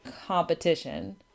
competition